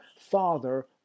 Father